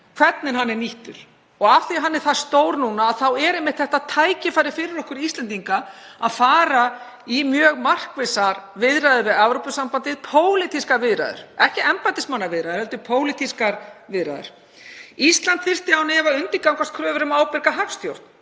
hvernig hann er nýttur. Og af því að hann er það stór núna er einmitt tækifæri fyrir okkur Íslendinga að fara í mjög markvissar viðræður við Evrópusambandið, pólitískar viðræður, ekki embættismannaviðræður heldur pólitískar viðræður. Ísland þyrfti án efa að undirgangast kröfur um ábyrga hagstjórn